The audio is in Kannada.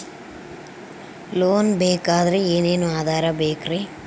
ಲೋನ್ ಬೇಕಾದ್ರೆ ಏನೇನು ಆಧಾರ ಬೇಕರಿ?